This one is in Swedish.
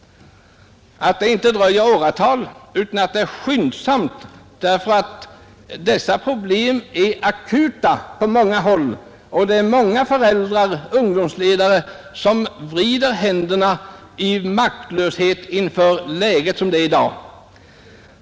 Det får inte dröja åratal, utan det är bråttom att få en lösning på dessa problem, som är akuta på många håll. Många föräldrar och ungdomsledare vrider i dag sina händer i en känsla av maktlöshet inför det läge som råder.